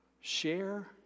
share